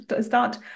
start